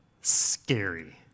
scary